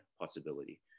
possibility